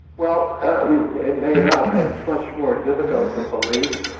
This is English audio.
well it may not, but it's much more difficult to police.